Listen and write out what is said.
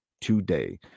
today